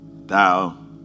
thou